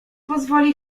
pozwoli